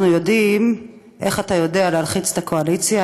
אנחנו יודעים איך אתה יודע להלחיץ את הקואליציה.